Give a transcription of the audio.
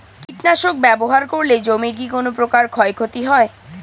কীটনাশক ব্যাবহার করলে জমির কী কোন প্রকার ক্ষয় ক্ষতি হয়?